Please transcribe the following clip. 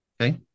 Okay